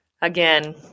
Again